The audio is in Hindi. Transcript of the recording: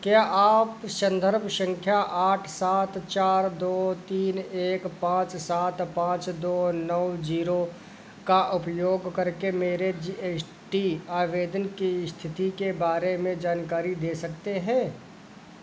क्या आप संदर्भ संख्या आठ सात चार दो तीन एक पाँच सात पाँच दो नौ जीरो का उपयोग करके मेरे जी एस टी आवेदन की स्थिति के बारे में जानकारी दे सकते हैं